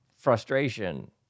frustration